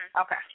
Okay